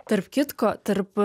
tarp kitko tarp